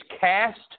cast